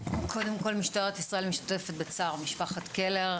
קודם כל משטרת ישראל משתתפת בצער משפחת קלר.